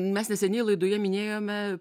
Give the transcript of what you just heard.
mes neseniai laidoje minėjome